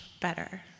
better